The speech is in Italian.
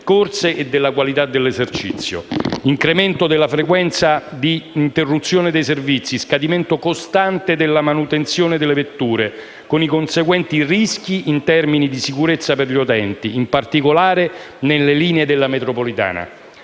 corse e della qualità dell'esercizio, incremento della frequenza di interruzione dei servizi e scadimento costante della manutenzione delle vetture, con i conseguenti rischi in termini di sicurezza per gli utenti, in particolare nelle linee della metropolitana.